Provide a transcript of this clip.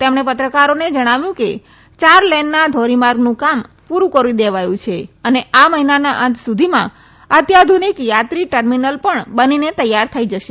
તેમણે પત્રકારોને જણાવ્યું કે ચાર લેનના ઘોરીમાર્ગનું કામ પુરૂ કરી દેવાયું છે અને આ મહિનાના અંત સુધીમાં અત્યાધુનિક યાત્રી ટર્મીનલ પણ બનીને તૈયાર થઇ જશે